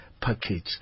package